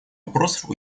вопросов